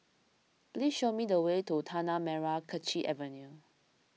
please show me the way to Tanah Merah Kechil Avenue